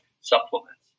supplements